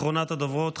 אחרונת הדוברות,